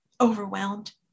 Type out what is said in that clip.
overwhelmed